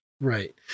right